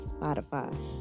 Spotify